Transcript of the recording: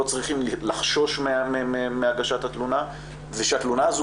לא צריכים לחשוש מהגשת התלונה ושהתלונה הזו